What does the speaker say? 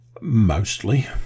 mostly